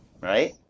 Right